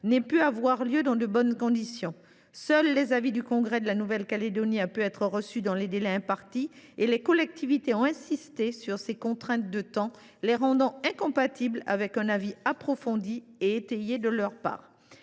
n’ait pu avoir lieu dans de bonnes conditions. Seul l’avis du congrès de la Nouvelle Calédonie a pu être reçu dans les délais impartis et les collectivités ont insisté sur ces contraintes de temps, incompatibles avec la remise d’un avis approfondi et étayé. Associer